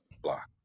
block